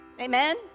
Amen